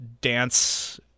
dance